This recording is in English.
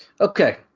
Okay